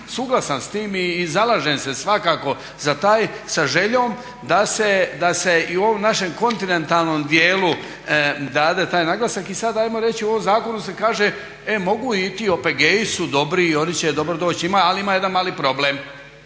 suglasan s tim i zalažem se svakako za taj sa željom da se i u ovom našem kontinentalnom dijelu dade taj naglasak. I ajmo reći sada u ovom zakonu se kaže e mogu i ti OPG-i su dobri i oni će dobro doći, ali ima jedan mali problem